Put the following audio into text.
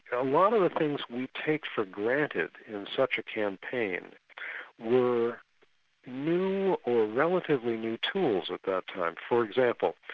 and um one of the things we take for granted in such a campaign were new or relative new tools at that time. for example,